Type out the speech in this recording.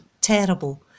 terrible